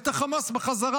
את החמאס בחזרה.